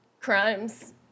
crimes